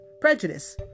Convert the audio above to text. prejudice